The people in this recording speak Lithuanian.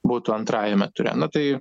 būtų antrajame ture nu tai